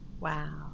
Wow